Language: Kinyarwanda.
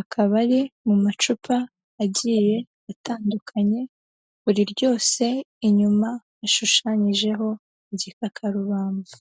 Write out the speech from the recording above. Akaba ari mu macupa agiye atandukanye, buri ryose inyuma yashushanyijeho igikakarubamba.